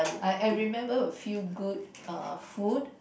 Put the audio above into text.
I I remember a few good uh food